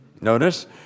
Notice